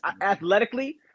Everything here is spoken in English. athletically